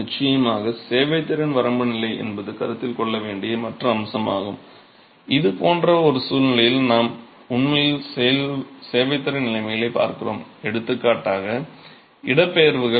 நிச்சயமாக சேவைத்திறன் வரம்பு நிலை என்பது கருத்தில் கொள்ள வேண்டிய மற்ற அம்சமாகும் இது போன்ற ஒரு சூழ்நிலையில் நாம் உண்மையில் சேவைத்திறன் நிலைமைகளைப் பார்க்கிறோம் எடுத்துக்காட்டாக இடப்பெயர்வுகள்